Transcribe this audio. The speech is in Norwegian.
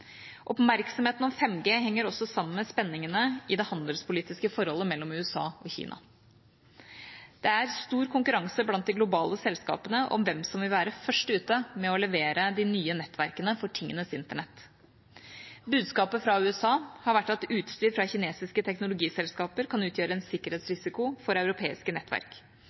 Oppmerksomheten om 5G henger også sammen med spenningene i det handelspolitiske forholdet mellom USA og Kina. Det er stor konkurranse blant de globale selskapene om hvem som vil være først ute med å levere de nye nettverkene for tingenes internett. Budskapet fra USA har vært at utstyr fra kinesiske teknologiselskaper kan utgjøre en sikkerhetsrisiko for europeiske nettverk.